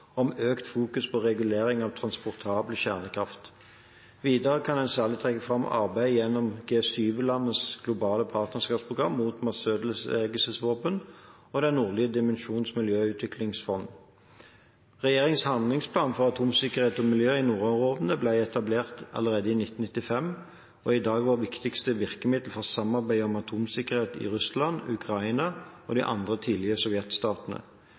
om økt fokus på regulering av transportabel kjernekraft. Videre kan en særlig trekke fram arbeid gjennom G7-landenes globale partnerskapsprogram mot masseødeleggelsesvåpen, og Den nordlige dimensjons miljøutviklingsfond. Regjeringens handlingsplan for atomsikkerhet og miljø i nordområdene ble etablert allerede i 1995 og er i dag vårt viktigste virkemiddel for samarbeid om atomsikkerhet i Russland, Ukraina og de andre